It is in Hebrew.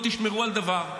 לא תשמרו על דבר.